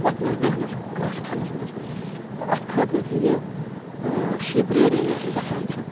وَتھنَس بیٚہنس گاسہٕ کھیٚنس منٛز تہٕ اَتھ خٲطرٕ تہِ یہِ شِیٖپ رِیرنگ یۄس یہِ گَژھان چھِ